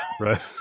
Right